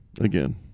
Again